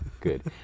Good